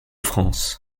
france